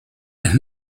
las